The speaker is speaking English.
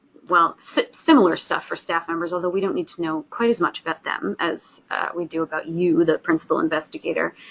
well similar stuff for staff members, although we don't need to know quite as much about them as we do about you, the principal investigator.